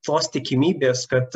tos tikimybės kad